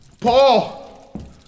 Paul